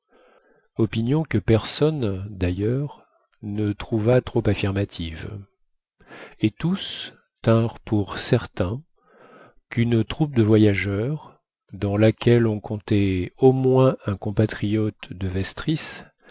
opinion que personne d'ailleurs ne trouva trop affirmative et tous tinrent pour certain qu'une troupe de voyageurs dans laquelle on comptait au moins un compatriote de vestris